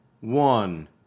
one